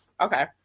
okay